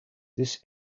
this